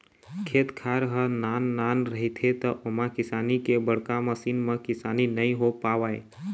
खेत खार ह नान नान रहिथे त ओमा किसानी के बड़का मसीन म किसानी नइ हो पावय